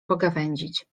pogawędzić